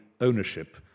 ownership